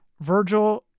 Virgil